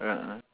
ah ah